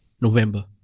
November